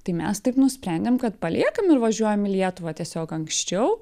tai mes taip nusprendėm kad paliekam ir važiuojam į lietuvą tiesiog anksčiau